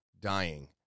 dying